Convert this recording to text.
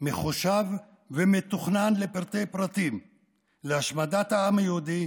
מחושב ומתוכנן לפרטי-פרטים להשמדת העם היהודי,